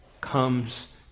comes